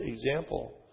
example